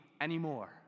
anymore